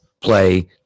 play –